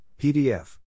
PDF